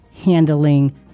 handling